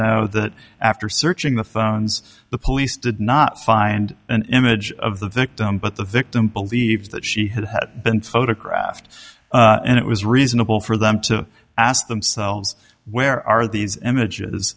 know that after searching the phones the police did not find an image of the victim but the victim believes that she had been photographed and it was reasonable for them to ask themselves where are these images